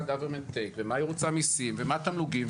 government take ומה היא רוצה מיסים ומה תמלוגים,